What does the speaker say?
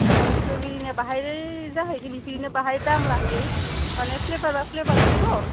अह स्ट्रबेरिनि बाहाय जाहैगोन बाहाय दाम लायो माने फ्लेबारआ फ्लेबारसोथ'